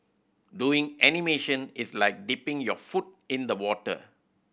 doing animation is like dipping your foot in the water